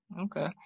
okay